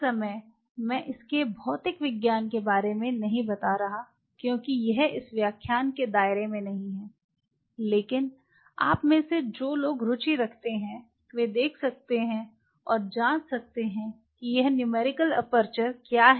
इस समय मैं इसके भौतिक विज्ञान के के बारे में नहीं बता रहा क्योंकि यह इस व्याख्यान के दायरे में नहीं है लेकिन आप में से जो लोग रुचि रखते हैं वे देख सकते हैं और जांच सकते हैं कि यह न्यूमेरिकल एपर्चर क्या है